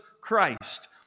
Christ